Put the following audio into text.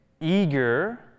eager